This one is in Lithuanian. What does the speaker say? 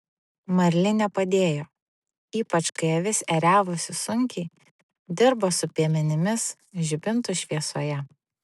marlinė padėjo ypač kai avis ėriavosi sunkiai dirbo su piemenimis žibintų šviesoje